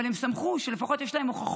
אבל הן שמחו שלפחות יש להן הוכחות,